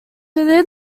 within